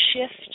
shift